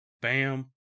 Bam